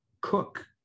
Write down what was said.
cook